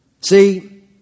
See